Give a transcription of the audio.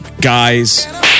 guys